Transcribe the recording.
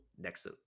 next